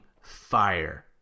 fire